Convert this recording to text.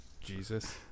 Jesus